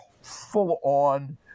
full-on